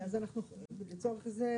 אז אנחנו לצורך הזה,